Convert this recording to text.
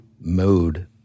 mode